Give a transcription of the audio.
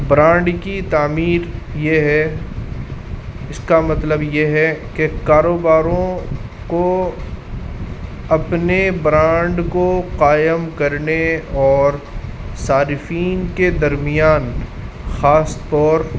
brand کی تعمیر یہ ہے اس کا مطلب یہ ہے کہ کاروباروں کو اپنے برانڈ کو قائم کرنے اور صارفین کے درمیان خاص طور